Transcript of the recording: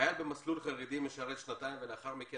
חייל במסלול חרדי משרת שנתיים ולאחר מכן